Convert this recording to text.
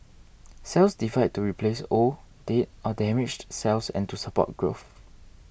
cells divide to replace old dead or damaged cells and to support growth